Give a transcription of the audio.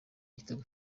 igitego